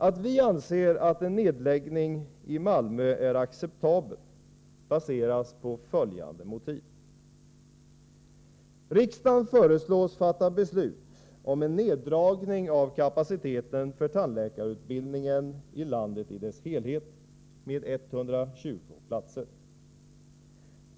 Att vi anser att en nedläggning i Malmö är acceptabel baseras på följande motiv. Riksdagen föreslås fatta beslut om en neddragning av kapaciteten för tandläkarutbildningen i landet i dess helhet med 120 platser.